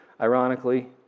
ironically